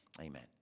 Amen